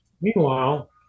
Meanwhile